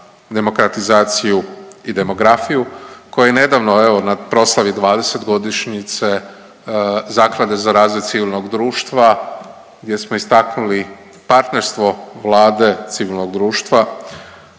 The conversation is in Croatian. demokratizaciju i demografiju, koja je nedavno, evo na proslavi 20-godišnjice Zaklade za razvoj civilnog društva, gdje smo istaknuli partnerstvo Vlade, civilnog društva,